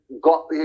got